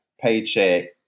paycheck